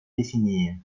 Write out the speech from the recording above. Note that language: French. définies